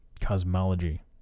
Cosmology